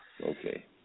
Okay